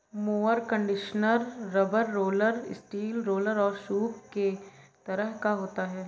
mower conditioner rubber roller, steel roller और सूप के तरह का होता है